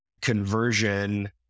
conversion